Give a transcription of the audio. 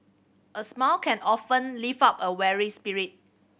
a smile can often lift up a weary spirit